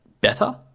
better